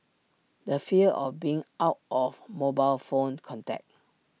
the fear of being out of mobile phone contact